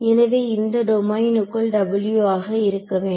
எனவே இந்த டொமைனுக்குள் W ஆக இருக்க வேண்டும்